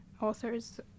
authors